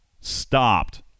stopped